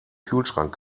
kühlschrank